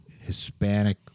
Hispanic